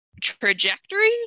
trajectory